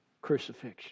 crucifixion